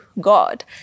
God